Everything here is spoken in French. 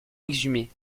exhumer